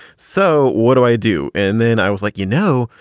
so what do i do? and then i was like, you know,